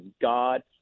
God